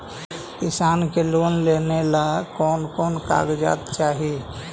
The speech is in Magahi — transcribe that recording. किसान के लोन लेने ला कोन कोन कागजात चाही?